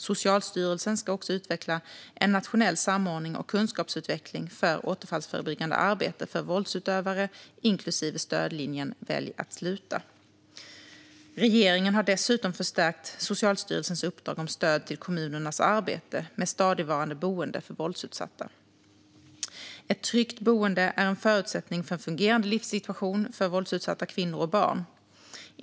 Socialstyrelsen ska också utveckla nationell samordning och kunskapsutveckling för återfallsförebyggande arbete för våldsutövare, inklusive stödlinjen Välj att sluta. Regeringen har dessutom förstärkt Socialstyrelsens uppdrag om stöd till kommunernas arbete med stadigvarande boende för våldsutsatta. Ett tryggt boende är en förutsättning för en fungerande livssituation för våldsutsatta kvinnor och barn.